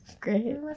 Great